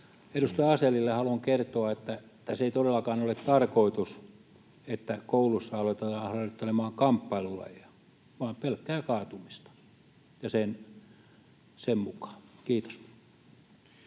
Edustaja Asellille haluan kertoa, että se ei todellakaan ole tarkoitus, että kouluissa aloitetaan harjoittelemaan kamppailulajeja, vaan pelkkää kaatumista, ja sen mukaan mennään.